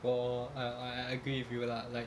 for I I I agree with you lah like